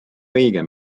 õige